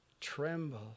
tremble